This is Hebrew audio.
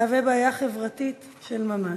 המהווה בעיה חברתית של ממש.